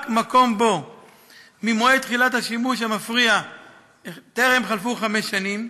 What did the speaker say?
במקום שבו ממועד תחילת השימוש המפריע טרם חלפו חמש שנים,